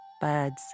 birds